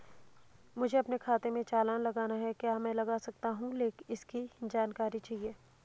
मुझे अपने खाते से चालान लगाना है क्या मैं लगा सकता हूँ इसकी जानकारी चाहिए?